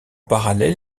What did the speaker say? parallèle